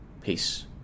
peace